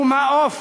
הוא מעוף,